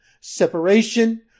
separation